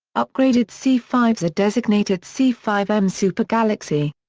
upgraded c five s are designated c five m super galaxy.